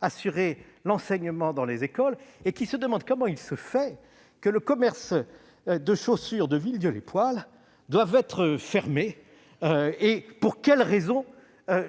assurer l'enseignement dans les écoles, qui se demandent pourquoi le commerce de chaussures de Villedieu-les-Poêles doit être fermé et pour quelle raison